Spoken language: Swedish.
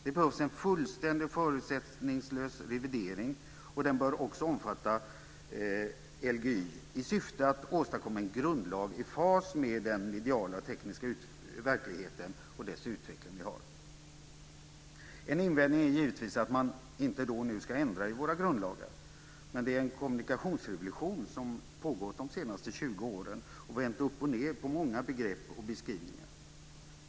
Det behövs en fullständig och förutsättningslös revidering, och den bör också omfatta YGL i syfte att åstadkomma en grundlag i fas med den mediala och tekniska verkligheten och dess utveckling. En invändning är givetvis att man inte då och nu ska ändra i våra grundlagar, men det är en kommunikationsrevolution som pågått de senaste 20 åren och vänt upp och ned på många begrepp och beskrivningar.